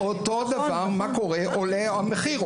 אותו דבר, מה שקורה הוא שעולה המחיר.